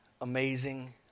amazing